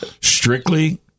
strictly